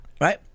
right